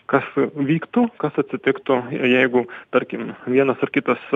kas vyktų kas atsitiktų jeigu tarkim vienas kitas ar kitas